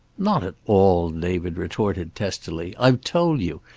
not at all, david retorted testily. i've told you.